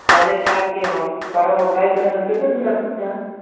college جا کے ہم فارم اپلائی کریں گے تو کتنے دِن لگ سکتے ہیں